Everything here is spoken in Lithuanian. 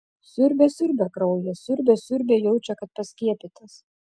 siurbia siurbia kraują siurbia siurbia jaučia kad paskiepytas